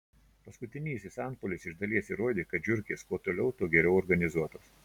paskutinysis antpuolis iš dalies įrodė kad žiurkės kuo toliau tuo geriau organizuotos